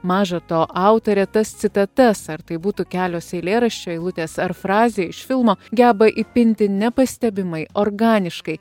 maža to autorė tas citatas ar tai būtų kelios eilėraščio eilutės ar frazė iš filmo geba įpinti nepastebimai organiškai